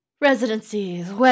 residencies